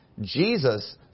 Jesus